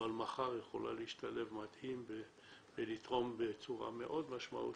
אבל מחר יכולה להשתלב מדהים ולתרום בצורה מאוד משמעותית,